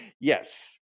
Yes